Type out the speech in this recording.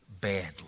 badly